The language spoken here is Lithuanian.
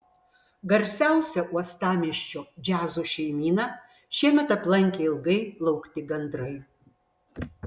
garsiausią uostamiesčio džiazo šeimyną šiemet aplankė ilgai laukti gandrai